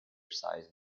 size